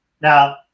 Now